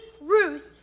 Ruth